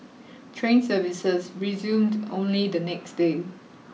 train services resumed only the next day